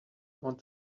want